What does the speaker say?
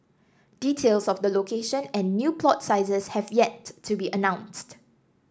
details of the location and new plot sizes have yet to be announced